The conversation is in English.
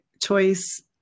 choice